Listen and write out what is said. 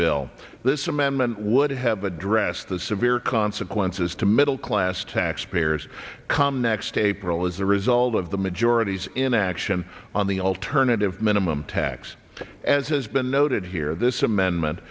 bill this amendment would have addressed the severe consequences to middle class taxpayers come next april as a result of the majority's inaction on the alternative minimum tax as has been noted here this amendment